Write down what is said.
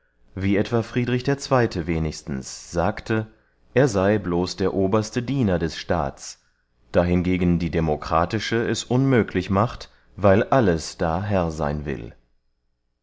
wie etwa friedrich ii wenigstens sagte er sey bloß der oberste diener des staats da hingegen die demokratische es unmöglich macht weil alles da herr seyn will